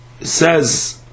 says